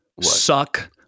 Suck